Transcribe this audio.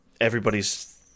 everybody's